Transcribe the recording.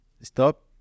Stop